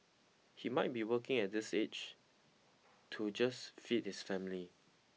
he might be working at this age to just feed his family